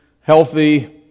healthy